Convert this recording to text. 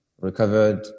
recovered